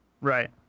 Right